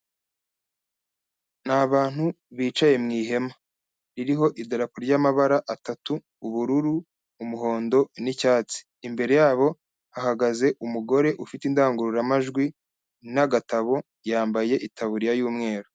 Ni abantu bicaye mu ihema ririho idarapo ry'amabara atatu, ubururu, umuhondo n'icyatsi, imbere yabo hahagaze umugore ufite indangururamajwi n'agatabo yambaye itabuririya y'umweru.